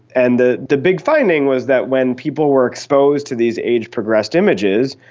and the the big finding was that when people were exposed to these age progressed images,